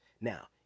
Now